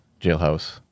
jailhouse